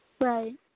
Right